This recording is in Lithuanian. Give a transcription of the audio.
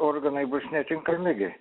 organai bus netinkami gi